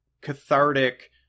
cathartic